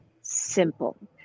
simple